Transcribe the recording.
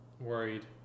Worried